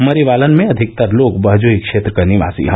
मरने वालों में अधिकतर लोग बहजोई क्षेत्र के निवासी हैं